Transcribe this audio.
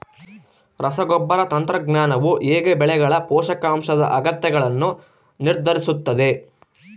ರಸಗೊಬ್ಬರ ತಂತ್ರಜ್ಞಾನವು ಹೇಗೆ ಬೆಳೆಗಳ ಪೋಷಕಾಂಶದ ಅಗತ್ಯಗಳನ್ನು ನಿರ್ಧರಿಸುತ್ತದೆ?